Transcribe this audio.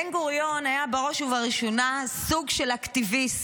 בן-גוריון היה בראש ובראשונה סוג של אקטיביסט.